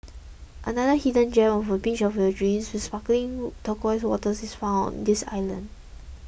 another hidden gem of a beach of your dreams with sparkling turquoise waters is found on this island